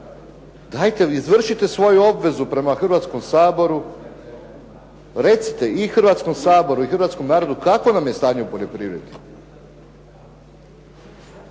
izvršite svoju obvezu prema Hrvatskom saboru. Recite i Hrvatskom saboru i hrvatskom narodu kakvo nam je stanje u poljoprivredi.